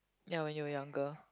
ya when you were younger